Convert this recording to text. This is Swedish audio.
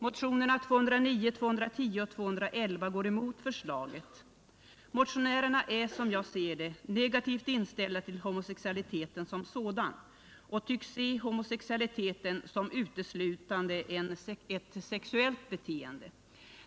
Motionerna 209, 210 och 211 går emot förslaget. Motionärerna är, som jag ser det, negativt inställda till homosexualiteten som sådan och tycks se den som uteslutande ett sexuellt beteende.